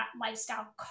lifestyle